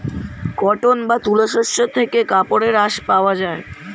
cotton বা তুলো শস্য থেকে কাপড়ের আঁশ পাওয়া যায়